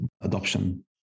adoption